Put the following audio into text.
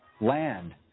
Land